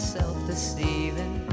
self-deceiving